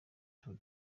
tour